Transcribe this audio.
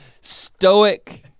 Stoic